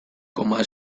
koma